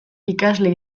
ikasle